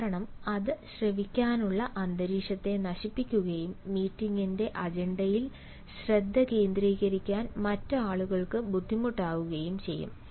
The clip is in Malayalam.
കാരണം അത് ശ്രവിക്കാനുള്ള അന്തരീക്ഷത്തെ നശിപ്പിക്കുകയും മീറ്റിംഗിന്റെ അജണ്ടയിൽ ശ്രദ്ധ കേന്ദ്രീകരിക്കാൻ മറ്റ് ആളുകൾക്ക് ബുദ്ധിമുട്ടാകുകയും ചെയ്യും